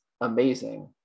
amazing